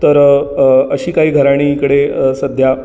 तर अशी काही घराणी इकडे सध्या